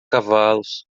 cavalos